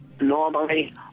normally